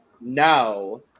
No